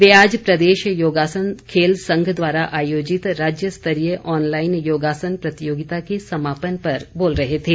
वे आज प्रदेश योगासन खेल संघ द्वारा आयोजित राज्य स्तरीय ऑनलाईन योगासन प्रतियोगिता के समापन पर बोल रहे थे